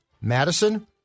Madison